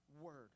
word